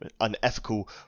unethical